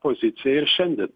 pozicija ir šiandien